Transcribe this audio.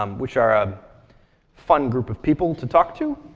um which are a fun group of people to talk to.